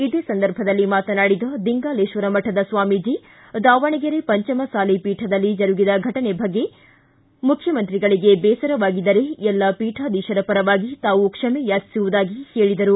ಇದೇ ಸಂದರ್ಭದಲ್ಲಿ ಮಾತನಾಡಿದ ದಿಂಗಾಲೇಶ್ವರ ಮಠದ ಸ್ವಾಮೀಜಿ ದಾವಣಗೆರೆ ಪಂಚಮಸಾಲಿ ಪೀಠದಲ್ಲಿ ಜರುಗಿದ ಫಟನೆ ಬಗ್ಗೆ ಮುಖ್ಯಮಂತ್ರಿಗಳಿಗೆ ಬೇಸರವಾಗಿದ್ದರೆ ಎಲ್ಲ ಪೀಠಾಧೀಶರ ಪರವಾಗಿ ತಾವು ಕ್ಷಮೆಯಾಚಿಸುವುದಾಗಿ ಹೇಳಿದರು